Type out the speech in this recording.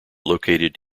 located